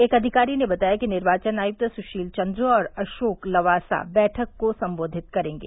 एक अधिकारी ने बताया कि निर्वाचन आयुक्त सुशील चन्द्र और अशोक लवासा बैठक को संबोधित करेंगे